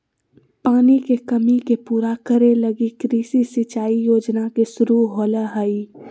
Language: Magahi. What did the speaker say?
पानी के कमी के पूरा करे लगी कृषि सिंचाई योजना के शुरू होलय हइ